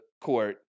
court